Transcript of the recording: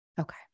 Okay